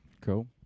Cool